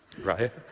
right